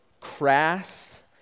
crass